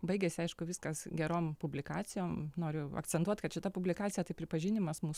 baigiasi aišku viskas gerom publikacijom noriu akcentuot kad šita publikacija tai pripažinimas mūsų